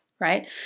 right